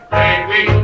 baby